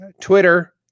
Twitter